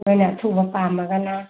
ꯅꯈꯣꯏꯅ ꯑꯊꯨꯕ ꯄꯥꯝꯃꯒꯅ